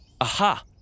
Aha